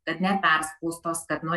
kad neperspaustos kad nu